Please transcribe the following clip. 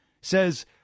says